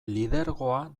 lidergoa